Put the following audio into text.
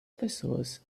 pessoas